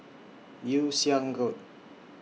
Yew Siang Road